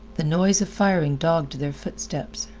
the noise of firing dogged their footsteps.